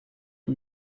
ont